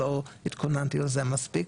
וגם לא התכוננתי לזה מספיק,